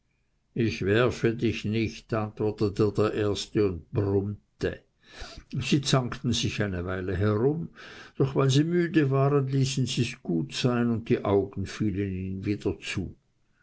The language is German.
ich werfe dich nicht antwortete der erste und brummte sie zankten sich eine weile herum doch weil sie müde waren ließen sies gut sein und die augen fielen ihnen wieder zu